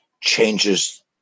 Changes